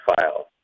file